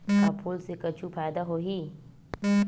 का फूल से कुछु फ़ायदा होही?